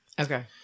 Okay